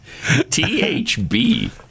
THB